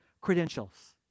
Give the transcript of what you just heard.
credentials